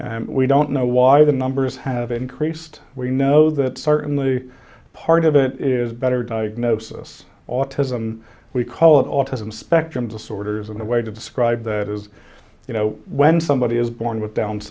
towns we don't know why the numbers have increased we know that certainly part of it is better diagnosis autism we call it autism spectrum disorders and the way to describe that is you know when somebody is born with down's